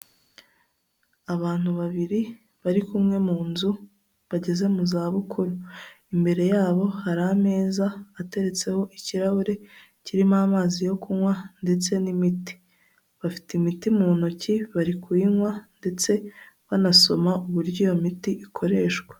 Abantu babiri bari kumwe mu nzu, bageze mu zabukuru, imbere yabo hari ameza ateretseho ikirahure kirimo amazi yo kunywa ndetse n'imiti, bafite imiti mu ntoki bari kuyinywa ndetse banasoma uburyo iyo miti ikoreshwa.